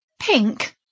pink